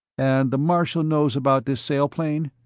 and the marshal knows about this sail plane?